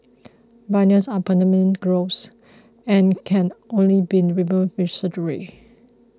bunions are permanent growths and can only be removed with surgery